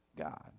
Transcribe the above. God